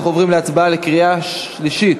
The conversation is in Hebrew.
אנחנו עוברים להצבעה בקריאה שלישית.